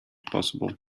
possible